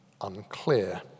unclear